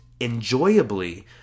enjoyably